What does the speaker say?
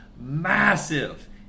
massive